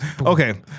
Okay